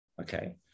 Okay